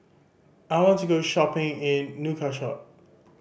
I want to go shopping in Nouakchott